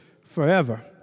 forever